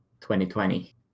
2020